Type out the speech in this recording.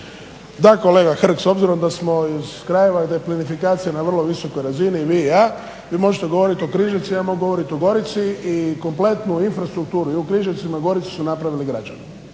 Da kolega Hrg, s obzirom da smo iz krajeva gdje je plinifikacija na vrlo visokoj razini i vi i ja, vi možete govoriti o Križevcima, ja mogu govoriti o Gorici i kompletnu infrastrukturu i u Križevcima i u Gorici su napravili građani.